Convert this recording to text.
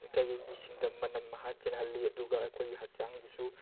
ꯂꯩꯀꯥꯏꯒꯤ ꯃꯤꯁꯤꯡꯗ ꯃꯅꯝ ꯃꯍꯥ ꯆꯦꯜꯍꯜꯂꯤ ꯑꯗꯨꯒ ꯑꯩꯈꯣꯏꯒꯤ ꯍꯛꯆꯥꯡꯗꯁꯨ